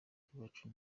akiwacu